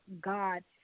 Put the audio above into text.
God